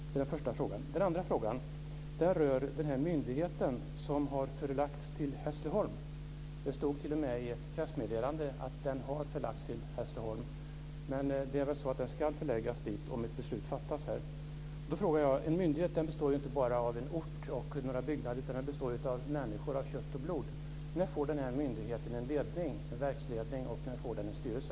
Det är den första frågan. Den andra frågan rör den myndighet som har förlagts till Hässleholm. Det stod t.o.m. i ett pressmeddelande att den "har förlagts" till Hässleholm, men den ska väl förläggas dit om ett beslut fattas. Då frågar jag: En myndighet består inte bara av en ort och några byggnader, den består av människor av kött och blod, när får den här myndigheten en verksledning och när får den en styrelse?